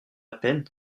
peine